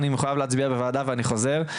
אני מחויב להצביע בוועדה ואני חוזר,